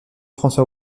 françois